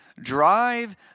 Drive